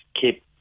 keep